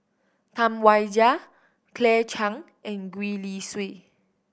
Tam Wai Jia Claire Chiang and Gwee Li Sui